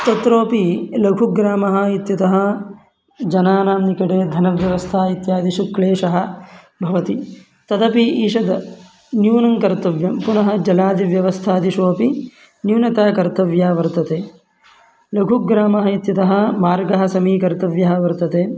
तत्रापि लघुग्रामः इत्यतः जनानां निकटे धनव्यवस्था इत्यादिषु क्लेशः भवति तदपि ईषद् न्यूनं कर्तव्यं पुनः जलादिव्यवस्थादिषु अपि न्यूनता कर्तव्या वर्तते लघुग्रामः इत्यतः मार्गः समीकर्तव्यः वर्तते